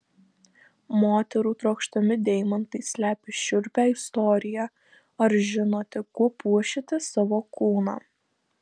moterų trokštami deimantai slepia šiurpią istoriją ar žinote kuo puošiate savo kūną